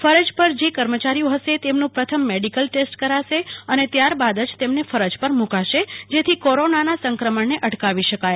ફરજ પર જે કર્મચારીઓ ફશે તેમનું પ્રથમ મેડિકલ ટેસ્ટ કરાશે અને ત્યારબાદ જ તેમને ફરજ પર મુકાશે જેથી કોરોનાના સંક્રમણને અટકાવી શકાય